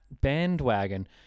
bandwagon